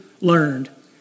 learned